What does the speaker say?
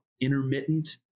intermittent